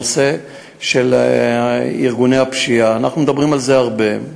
הנושא של ארגוני הפשיעה: אנחנו מדברים על זה הרבה,